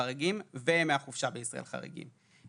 חריגים וימי החופשה בישראל חריגים.